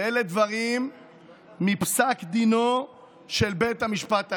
ואלה דברים מפסק דינו של בית המשפט העליון.